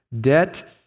debt